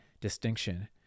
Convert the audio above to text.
distinction